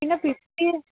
പിന്നെ ഭിത്തി